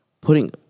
putting